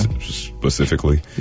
specifically